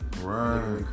Right